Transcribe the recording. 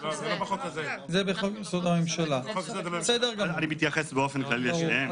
אני מתייחס באופן כללי לשניהם.